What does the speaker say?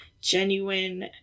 genuine